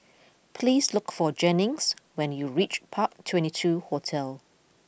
please look for Jennings when you reach Park Twenty Two Hotel